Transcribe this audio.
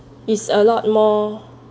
it's a lot more